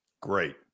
Great